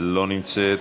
לא נמצאת,